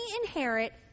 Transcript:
inherit